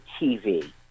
TV